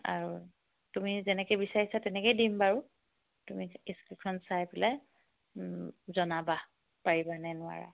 আৰু তুমি যেনেকৈ বিচাৰিছা তেনেকেই দিম বাৰু তুমি ইস্ক্ৰিপ্টখন চাই পেলাই জনাবা পাৰিবনে নোৱাৰা